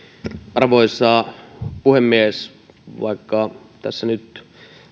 arvoisa puhemies vaikka tässä nyt